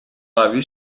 قوی